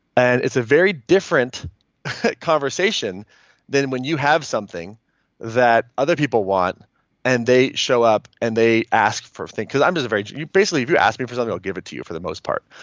and it's a very different conversation than when you have something that other people want and they show up and they ask for things. because i'm just a very, basically if you ask me for something i'll give it to you for the most part.